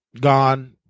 gone